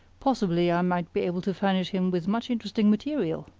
possibly i might be able to furnish him with much interesting material?